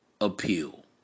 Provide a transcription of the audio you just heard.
appeal